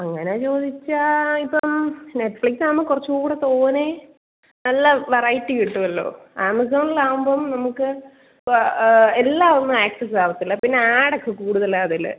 അങ്ങനെ ചോദിച്ചാൽ ഇപ്പം നെറ്റ്ഫ്ലിക്സ്സാകുമ്പോൾ കുറച്ചുംകൂടെ തോനെ നല്ല വെറൈറ്റി കിട്ടുമല്ലോ ആമസോണിലാകുമ്പോൾ നമുക്ക് എല്ലാം ഒന്നും ആക്സസ് ആവത്തില്ല ആഡൊക്കെ കൂടുതലാണ് അതിൽ